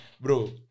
bro